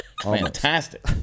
Fantastic